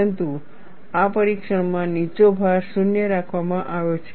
પરંતુ આ પરીક્ષણોમાં નીચો ભાર 0 રાખવામાં આવ્યો છે